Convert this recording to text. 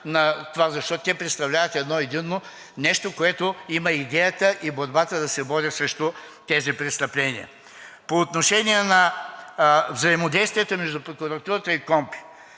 защото те представляват едно единно нещо, което има идеята и борбата да се бори срещу тези престъпления. По отношение на взаимодействието между прокуратурата и